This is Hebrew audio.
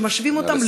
שמשווים אותן,